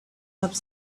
have